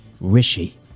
Rishi